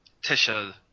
Tisha